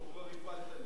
אותו הפלת לי.